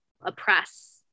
oppress